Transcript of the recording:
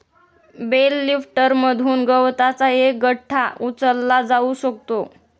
bell लिफ्टरमधून गवताचा एक गठ्ठा उचलला जाऊ शकतो